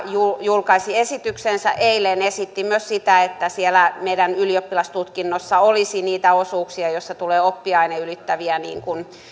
julkaisi esityksensä eilen esitti myös sitä että siellä meidän ylioppilastutkinnossa olisi niitä osuuksia joissa tulee oppiaineen ylittäviä